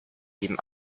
geben